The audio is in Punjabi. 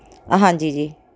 ਹਾਂਜੀ ਜੀ